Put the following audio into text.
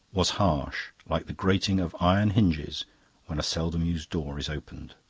was harsh, like the grating of iron hinges when a seldom-used door is opened.